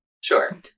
Sure